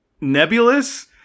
nebulous